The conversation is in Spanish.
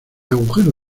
agujero